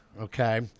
okay